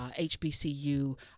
HBCU